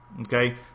Okay